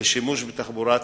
לשימוש בתחבורה ציבורית.